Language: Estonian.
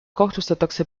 kahtlustatakse